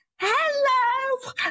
Hello